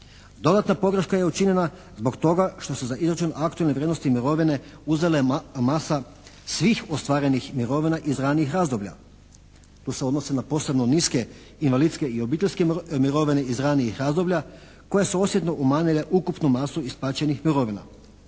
Dodatna pogreška je učinjena zbog toga što se za izračun aktualne vrijednosti mirovine uzima masa svih ostvarenih mirovina iz ranijih razdoblja. To se odnosi na posebno niske invalidske i obiteljske mirovine iz ranijih razdoblja, koje su osjetno umanjile ukupnu masu isplaćenih mirovina,